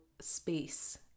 space